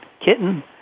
Kitten